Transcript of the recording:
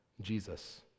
Jesus